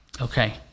Okay